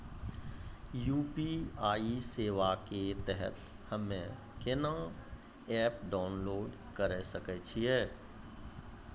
UPI सेवा के तहत हम्मे केना एप्प डाउनलोड करे सकय छियै?